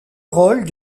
rôle